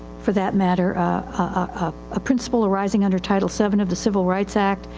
for that matter a, ah, a principle arising under title seven of the civil rights act,